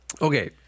Okay